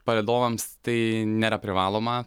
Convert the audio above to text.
palydovams tai nėra privaloma